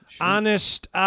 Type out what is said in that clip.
Honest